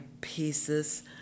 pieces